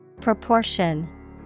Proportion